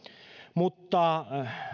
mutta